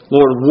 Lord